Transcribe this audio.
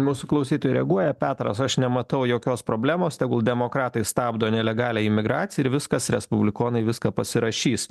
mūsų klausytojai reaguoja petras aš nematau jokios problemos tegul demokratai stabdo nelegalią imigraciją ir viskas respublikonai viską pasirašys